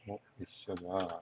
what is !sialah!